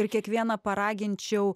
ir kiekvieną paraginčiau